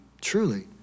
Truly